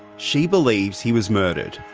she believes he was murdered.